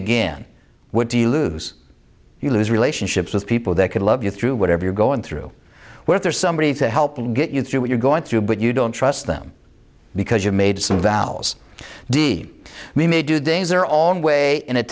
again what do you lose you lose relationships with people that could love you through whatever you're going through where there's somebody to help and get you through what you're going through but you don't trust them because you made some vals di we may do things their own way and at